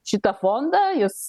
šitą fondą jis